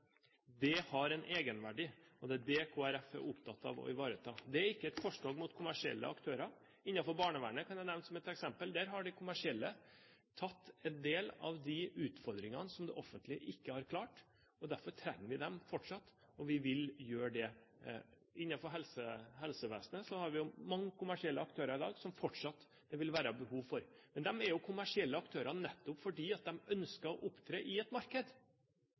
Det har en egenverdi, og det er det Kristelig Folkeparti er opptatt av å ivareta. Det er ikke et korstog mot kommersielle aktører. Innenfor barnevernet kan jeg nevne som et eksempel at der har de kommersielle tatt en del av de utfordringene som det offentlige ikke har klart, og derfor trenger vi dem fortsatt, og vi vil fortsette å gjøre det. Innenfor helsevesenet har vi mange kommersielle aktører i dag som det fortsatt vil være behov for. Men de er jo kommersielle aktører nettopp fordi de ønsker å opptre i et marked,